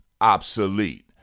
obsolete